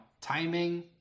timing